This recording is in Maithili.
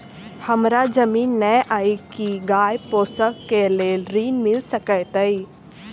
हमरा जमीन नै अई की गाय पोसअ केँ लेल ऋण मिल सकैत अई?